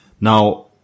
Now